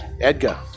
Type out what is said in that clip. Edgar